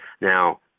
Now